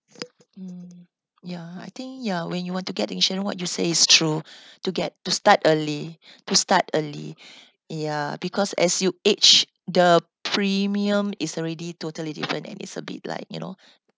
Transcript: mm ya I think ya when you want to get insurance what you say is true to get to start early to start early ya because as you age the premium is already totally different and it's a bit like you know